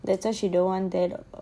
that's why she don't want that